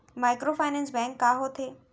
Microfinance bank का होथे?